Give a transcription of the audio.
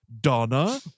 Donna